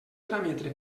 trametre